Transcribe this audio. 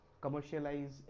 commercialize